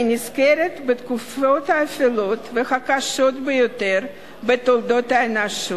אני נזכרת בתקופות האפלות והקשות ביותר בתולדות האנושות.